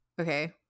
okay